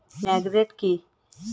Maggot কি?